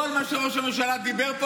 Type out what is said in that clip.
כל מה שראש הממשלה דיבר פה,